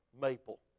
maple